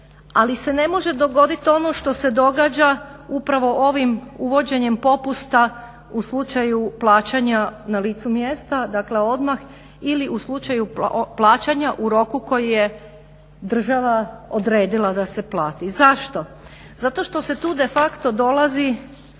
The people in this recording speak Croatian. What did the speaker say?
ali se ne može dogoditi ono što se događa upravo ovim uvođenjem popusta u slučaju plaćanja na licu mjesta, dakle odmah ili u slučaju plaćanja u roku koji je država odredila da se plati. Zašto? Zato što se tu de facto dolazi